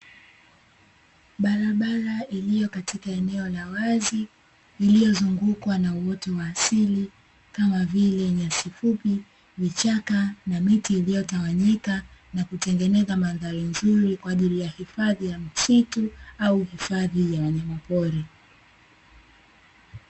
Barabara iliyo katika eneo la wazi iliyozungukwa na uoto wa asili kama vile: Nyasi fupi , Vichaka na miti iliyotawanyika na kutengeneza mandhari nzuri kwa ajili ya hifadhi ya misitu au hifadhi ya wanyama pori.